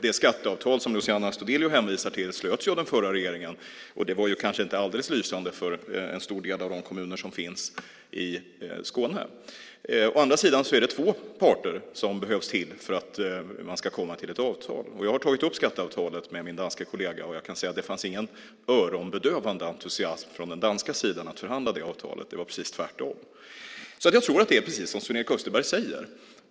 Det skatteavtal som Luciano Astudillo hänvisar till slöts ju under den förra regeringen. Det var kanske inte alldeles lysande för en stor del av de kommuner som finns i Skåne. Å andra sidan behövs det två parter för att man ska komma till ett avtal. Jag har tagit upp skatteavtalet med min danska kollega. Jag kan säga att det inte fanns någon öronbedövande entusiasm från den danska sidan att förhandla det avtalet. Det var precis tvärtom. Jag tror att det är precis som Sven-Erik Österberg säger.